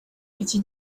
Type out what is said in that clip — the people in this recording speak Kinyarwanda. iki